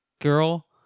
girl